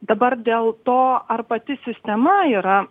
dabar dėl to ar pati sistema yra